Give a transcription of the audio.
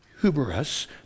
hubris